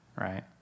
right